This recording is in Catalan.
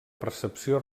percepció